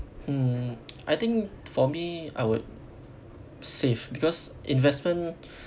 hmm I think for me I would save because investment